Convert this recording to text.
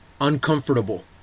uncomfortable